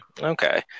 Okay